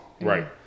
Right